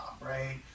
right